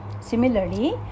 Similarly